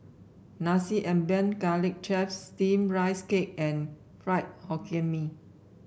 Nasi Ambeng Garlic Chives Steamed Rice Cake and Fried Hokkien Mee